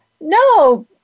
no